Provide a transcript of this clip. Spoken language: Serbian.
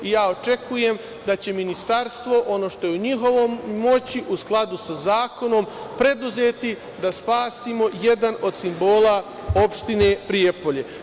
Ja očekujem da će ministarstvo, ono što je u njihovoj moći, u skladu sa zakonom, preduzeti da spasimo jedan od simbola opštine Prijepolje.